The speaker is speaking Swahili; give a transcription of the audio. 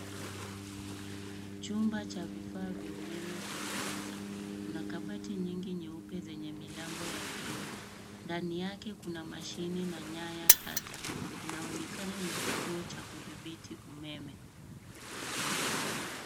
Chumba cha vifaa vya umeme vya kisasa na kabati nyingi nyeupe zenye milango ya kioo ndani yake kuna mashine na nyaya tata inaonekana ni kituo cha kuthibiti umeme.